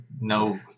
No